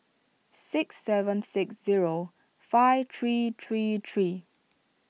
six seven six zero five three three three